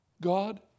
God